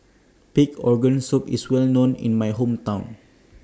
Pig Organ Soup IS Well known in My Hometown